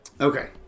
Okay